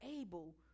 able